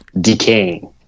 decaying